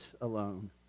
alone